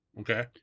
Okay